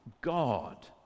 God